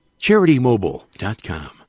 CharityMobile.com